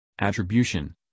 Attribution